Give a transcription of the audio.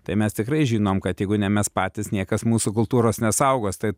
tai mes tikrai žinom kad jeigu ne mes patys niekas mūsų kultūros nesaugos tai